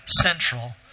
central